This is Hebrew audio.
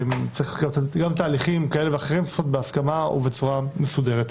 גם תהליכים כאלה ואחרים צריך לעשות בהסכמה ובצורה מסודרת.